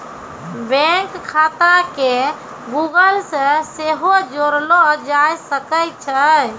bank खाता के Google से सेहो जोड़लो जाय सकै छै